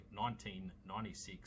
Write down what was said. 1996